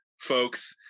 folks